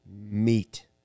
meat